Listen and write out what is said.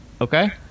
okay